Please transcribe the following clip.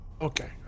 Okay